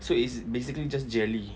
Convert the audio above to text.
so it's basically just jelly